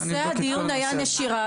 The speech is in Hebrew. נושא הדיון היה נשירה,